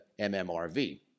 MMRV